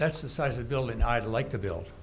that's the size a building i'd like to build